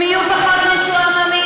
מה יותר, הם ילכו,